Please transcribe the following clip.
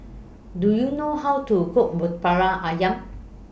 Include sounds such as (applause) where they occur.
Do YOU know How to Cook (unintelligible) Ayam